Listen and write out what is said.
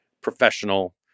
professional